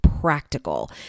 practical